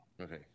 Okay